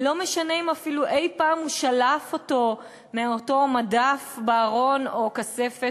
לא משנה אם אפילו אי-פעם הוא שלף אותו מאותו מדף בארון או כספת,